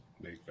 Make